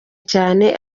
cyane